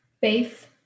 Faith